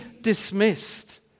dismissed